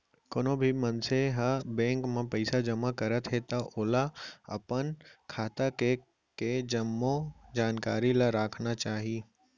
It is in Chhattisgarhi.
कोनो भी मनसे ह बेंक म पइसा जमा करत हे त ओला अपन खाता के के जम्मो जानकारी ल राखना चाही